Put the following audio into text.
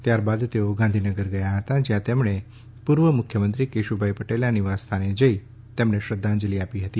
ત્યારબાદ તેઓ ગાંધીનગર ગયા હતા જ્યાં તેમણે પૂર્વ મુખ્યમંત્રી કેશુભાઈ પટેલના નિવાસ સ્થાને જઈ તેમને શ્રદ્ધાંજલિ આપી હતી